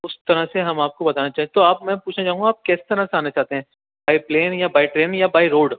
اُس طرح سے ہم آپ کو بتانا چاہتے تو آپ میں پوچھنا چاہوں گا کس طرح سے آنا چاہتے ہیں بائی پلین یا بائی ٹرین یا بائی روڈ